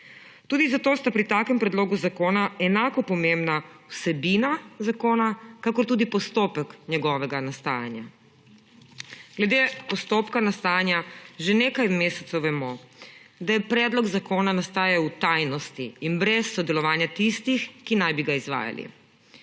Tudi zato sta pri takem predlogu zakona enako pomembna vsebina zakona, kakor tudi postopek njegovega nastajanja. Glede postopka nastajanja že nekaj mesecev vemo, da je predlog zakona nastajal v tajnosti in brez sodelovanja tistih, ki naj bi ga izvajali.